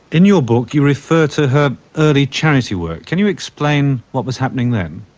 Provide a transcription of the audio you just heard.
in your book you refer to her early charity work. can you explain what was happening then?